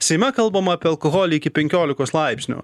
seime kalbama apie alkoholį iki penkiolikos laipsnių